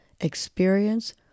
experience